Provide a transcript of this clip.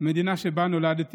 המדינה שבה נולדתי.